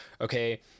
okay